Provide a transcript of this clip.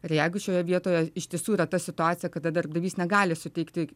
ir jeigu šioje vietoje iš tiesų yra ta situacija kada darbdavys negali suteikti